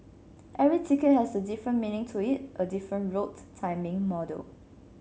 every ticket has a different meaning to it a different route timing model